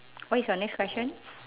what is your next question